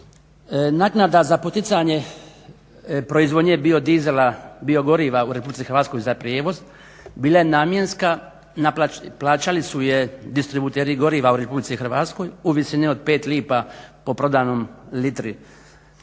naknada za poticanje proizvodnje biodizela, biogoriva u Republici Hrvatskoj za prijevoz bila namjenska, plaćali su je distributeri goriva u Republici Hrvatskoj u visini od 5 lipa po prodanoj litri